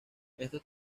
estos